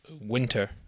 winter